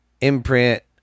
imprint